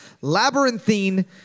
labyrinthine